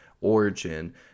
origin